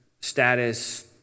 status